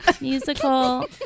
musical